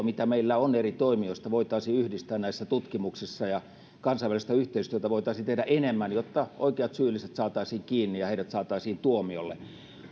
mitä meillä on eri toimijoista voitaisiin yhdistää näissä tutkimuksissa ja kansainvälistä yhteistyötä voitaisiin tehdä enemmän jotta oikeat syylliset saataisiin kiinni ja heidät saataisiin tuomiolle